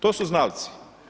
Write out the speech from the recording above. To su znalci.